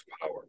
power